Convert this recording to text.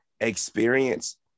experience